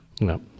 No